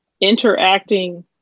interacting